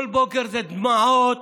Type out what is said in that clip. כל בוקר זה דמעות,